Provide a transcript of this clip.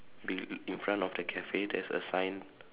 be in front of the cafe there's a sign